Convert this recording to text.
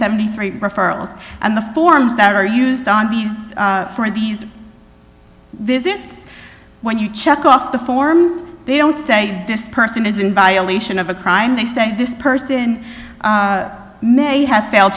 seventy three referrals and the forms that are used on these for these visits when you check off the forms they don't say this person is in violation of a crime they say this person may have failed